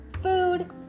food